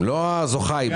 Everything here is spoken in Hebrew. לבוגרים.